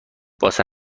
واسه